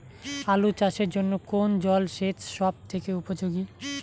আলু চাষের জন্য কোন জল সেচ সব থেকে উপযোগী?